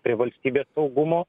prie valstybės saugumo